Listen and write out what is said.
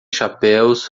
chapéus